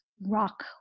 rock